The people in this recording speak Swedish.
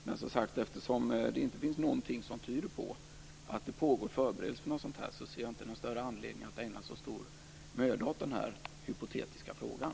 Men, som sagt, eftersom det inte finns något som tyder på att det pågår förberedelser för något sådant här ser jag inte någon större anledning att ägna så stor möda åt den här hypotetiska frågan.